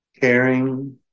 caring